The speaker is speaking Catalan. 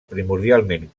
primordialment